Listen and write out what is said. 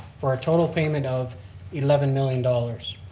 for a total payment of eleven million dollars.